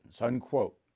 unquote